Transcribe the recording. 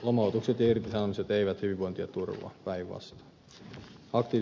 lomautukset ja irtisanomiset eivät hyvinvointia turvaa päinvastoin